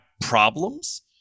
problems